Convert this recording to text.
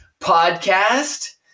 podcast